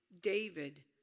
David